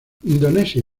indonesia